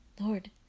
Lord